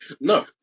No